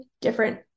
different